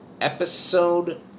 Episode